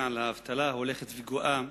רציתי מאוד לדבר על האבטלה ההולכת וגואה